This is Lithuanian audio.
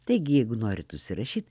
taigi jeigu norit užsirašyti